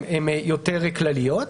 הן יותר כלליות.